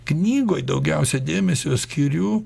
knygoj daugiausiai dėmesio skiriu